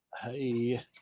hey